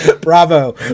Bravo